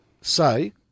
say